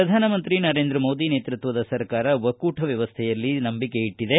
ಪ್ರಧಾನಿ ನರೇಂದ್ರ ಮೋದಿ ನೇತೃತ್ವದ ಸರ್ಕಾರ ಒಕ್ಕೂಟ ವ್ಯವಸ್ಥೆಯಲ್ಲಿ ನಂಬಿಕೆ ಇಟ್ಟದೆ